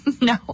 No